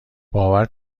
باور